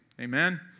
Amen